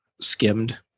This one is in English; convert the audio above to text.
skimmed